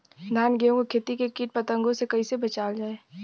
धान गेहूँक खेती के कीट पतंगों से कइसे बचावल जाए?